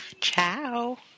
Ciao